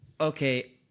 okay